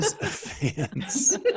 fans